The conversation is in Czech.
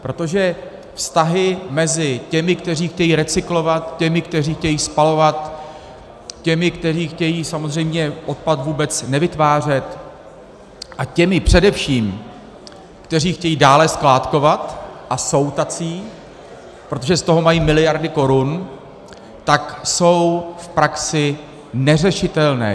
Protože vztahy mezi těmi, kteří chtějí recyklovat, těmi, kteří chtějí spalovat, těmi, kteří chtějí samozřejmě odpad vůbec nevytvářet, a především těmi, kteří chtějí dále skládkovat, a jsou tací, protože z toho mají miliardy korun, jsou v praxi neřešitelné.